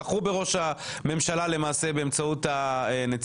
כאשר למעשה בחרו בראש הממשלה באמצעות הנציגים.